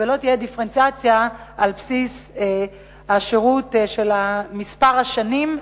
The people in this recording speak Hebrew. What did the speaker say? ולא תהיה דיפרנציאציה על בסיס מספר שנות השירות,